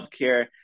healthcare